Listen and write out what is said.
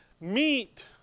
Meet